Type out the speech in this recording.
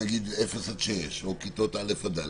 נגיד, 0 עד 6 או כיתות א' עד ד',